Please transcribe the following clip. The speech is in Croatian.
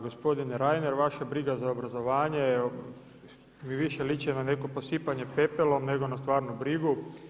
Gospodine Reiner vaša briga za obrazovanje mi više liči na neko posipanje pepelom nego na stvarnu brigu.